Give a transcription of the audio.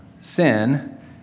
sin